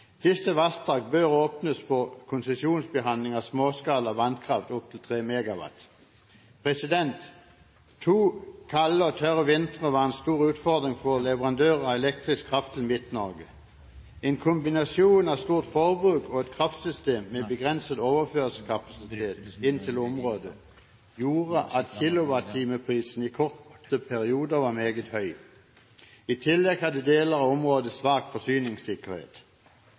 Disse vassdrag bør åpnes for konsesjonsbehandling av småskala vannkraft opp til 3 MW. To kalde og tørre vintere var en stor utfordring for leverandører av elektrisk kraft til Midt-Norge. En kombinasjon av stort forbruk og et kraftsystem med begrenset overføringskapasitet inn til området gjorde at kWh-prisen i korte perioder var meget høy. I tillegg hadde deler av området svak forsyningssikkerhet.